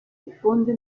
diffonde